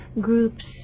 groups